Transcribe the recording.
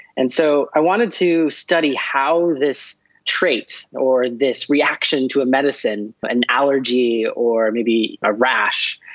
and so i wanted to study how this trait or this reaction to a medicine, an allergy or maybe a rash,